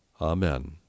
Amen